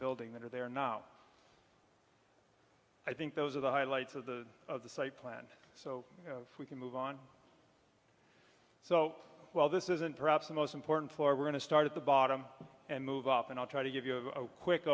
building that are there now i think those are the highlights of the of the site plan so we can move on so while this isn't perhaps the most important floor we're going to start at the bottom and move up and i'll try to give you a quick